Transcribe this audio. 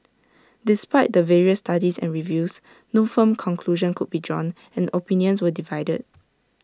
despite the various studies and reviews no firm conclusion could be drawn and opinions were divided